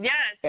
Yes